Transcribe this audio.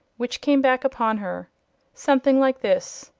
which came back upon her something like this,